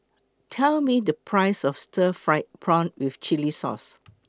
Tell Me The Price of Stir Fried Prawn with Chili Sauce